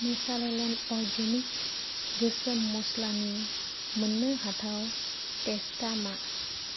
Natureland organics गोसोम मस्लानि मोन्नो हाथाव टेस्टा मा